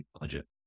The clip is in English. budget